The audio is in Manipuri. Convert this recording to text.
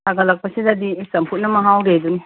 ꯁꯥꯒꯠꯂꯛꯄꯁꯤꯗꯗꯤ ꯆꯝꯐꯨꯠꯅ ꯃꯍꯥꯎꯔꯦꯗꯨꯅꯤ